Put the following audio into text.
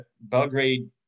Belgrade